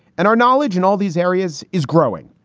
and our knowledge in all these areas is growing.